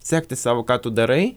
sekti savo ką tu darai